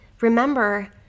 remember